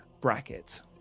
bracket